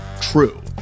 true